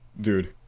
Dude